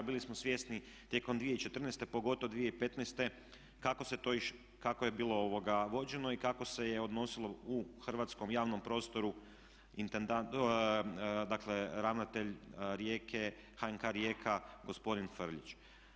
Bili smo svjesni tijekom 2014. pogotovo 2015. kako se to, kako je bilo vođeno i kako se je odnosilo u hrvatskom javnom prostoru, dakle ravnatelj Rijeke, HNK Rijeka gospodin Frljić.